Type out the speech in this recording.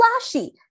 flashy